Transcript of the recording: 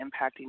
impacting